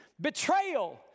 Betrayal